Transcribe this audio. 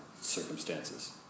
circumstances